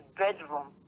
bedroom